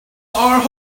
are